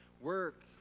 work